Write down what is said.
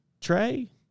Trey